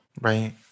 Right